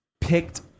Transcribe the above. picked